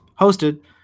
hosted